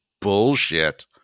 bullshit